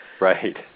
Right